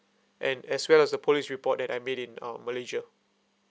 and as well as the police report that I made in um malaysia